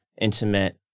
intimate